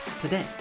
today